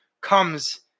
comes